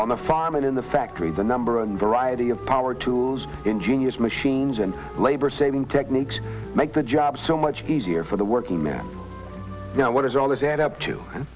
the farm and in the factory the number and variety of power tools ingenious machines and labor saving techniques make the job so much easier for the working man now what does all this add up to